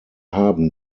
haben